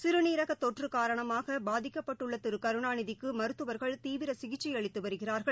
சிறுநீரகதொற்றுகாரணமாகபாதிக்கப்பட்டுள்ளதிருகருணாநிதிக்குமருத்துவா்கள் தீவிரசிகிச்சைஅளித்துவருகிறார்கள்